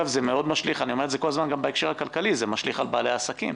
זה גם משליך על בעלי עסקים.